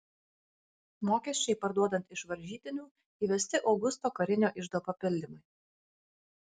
mokesčiai parduodant iš varžytinių įvesti augusto karinio iždo papildymui